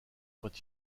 quand